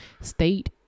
state